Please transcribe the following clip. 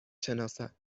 شناسد